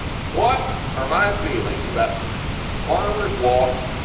what are my feelings about farmers walks,